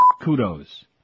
Kudos